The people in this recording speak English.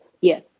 yes